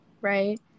right